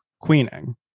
queening